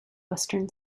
western